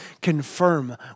confirm